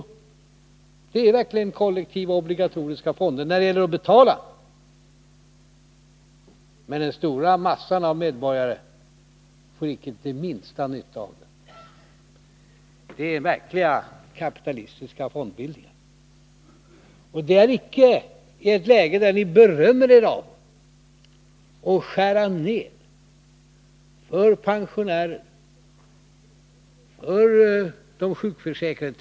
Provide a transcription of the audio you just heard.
Det är verkligen kollektiva obligatoriska fonder när det gäller att betala. Men den stora massan av medborgare får icke den minsta nytta av dem. Det är verkliga kapitalistiska fondbildningar. Det sker i ett läge där ni berömmer er av att skära ned för pensionärer och för de sjukförsäkrade.